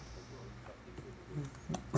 mm